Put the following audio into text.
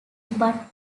but